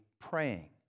praying